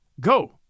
Go